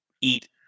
eat